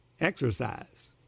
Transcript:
exercise